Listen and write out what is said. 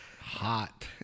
Hot